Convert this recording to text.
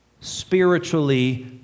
spiritually